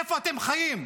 איפה אתם חיים?